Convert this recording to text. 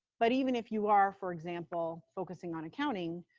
but even if you are, for example, focusing on accounting,